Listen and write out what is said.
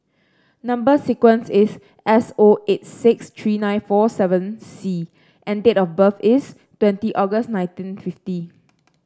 number sequence is S O eight six three nine four seven C and date of birth is twenty August nineteen fifty